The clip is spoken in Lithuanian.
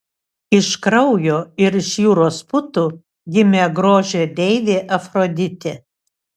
iš kraujo ir iš jūros putų gimė grožio deivė afroditė